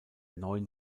neuen